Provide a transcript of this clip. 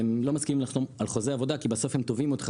והם לא מסכימים לחתום על חוזה עבודה כי בסוף הם תובעים אותך